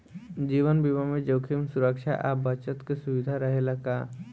जीवन बीमा में जोखिम सुरक्षा आ बचत के सुविधा रहेला का?